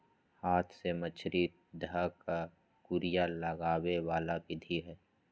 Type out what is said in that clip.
हाथ से मछरी ध कऽ कुरिया लगाबे बला विधि